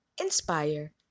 inspire